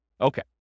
Okay